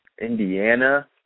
Indiana